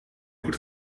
goed